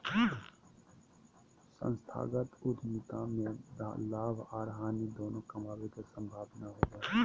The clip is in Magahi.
संस्थागत उद्यमिता में लाभ आर हानि दोनों कमाबे के संभावना होबो हय